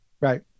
Right